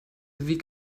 wie